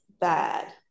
bad